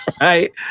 right